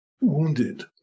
wounded